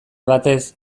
batez